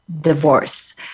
divorce